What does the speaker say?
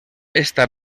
esta